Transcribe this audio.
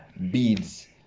beads